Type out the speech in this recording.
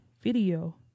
video